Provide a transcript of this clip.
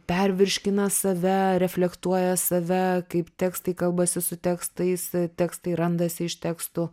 pervirškina save reflektuoja save kaip tekstai kalbasi su tekstais tekstai randasi iš tekstų